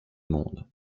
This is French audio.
monde